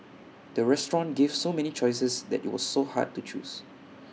the restaurant gave so many choices that IT was so hard to choose